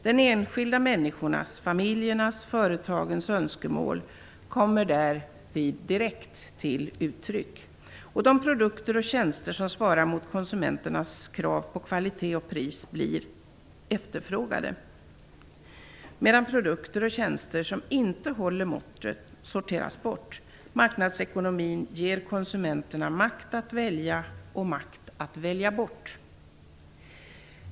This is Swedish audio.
De enskilda människornas, familjernas och företagens önskemål kommer där direkt till uttryck. De produkter och tjänster som svarar mot konsumenternas krav på kvalitet och pris blir efterfrågade, medan produkter och tjänster som inte håller måttet sorteras bort. Marknadsekonomin ger konsumenterna makt att välja och makt att välja bort.